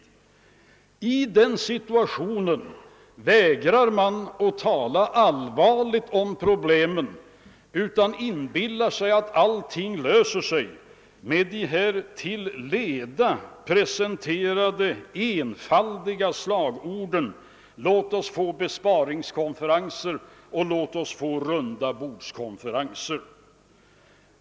I den situationen vägrar man att tala allvarligt om problemen och inbillar sig att allting ordnar sig om vi följer de till leda upprepade enfaldiga slagorden, att vi behöver besparingskonferenser och rundabordskonferenser.